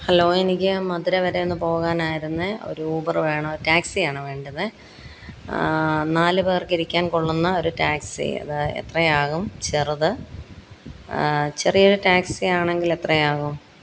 hello എനിക്ക് മധുര വരെയൊന്ന് പോകാനായിരുന്നു ഒരു ഊബറ് വേണം ടാക്സി ആണ് വേണ്ടത് നാല് പേര്ക്കിരിക്കാന് കൊള്ളുന്ന ഒരു ടാക്സി അത് എത്രയാകും ചെറുത് ചെറിയൊരു ടാക്സി ആണെങ്കിലെത്രയാകും